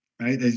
right